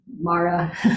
Mara